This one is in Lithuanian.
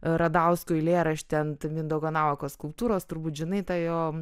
radausko eilėraštį ant mindaugo navako skulptūros turbūt žinai tą jo